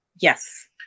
Yes